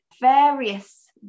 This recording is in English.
various